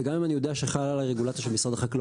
וגם אם אני יודע שחלה על עליי רגולציה של משרד החקלאות